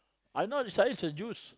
I not siding with the Jews